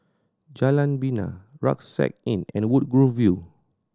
Jalan Bena Rucksack Inn and Woodgrove View